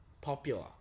popular